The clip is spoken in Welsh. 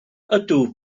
ydw